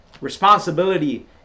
responsibility